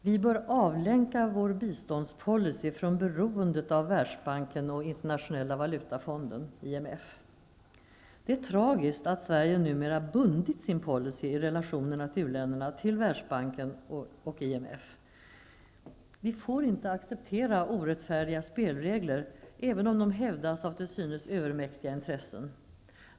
Vi bör avlänka vår biståndspolicy från beroendet av Världsbanken och Det är tragiskt att Sverige numera bundit sin policy i relationerna till u-länderna till Världsbanken och IMF. Vi får inte acceptera orättfärdiga spelregler, även om de hävdas av till synes övermäktiga intressen.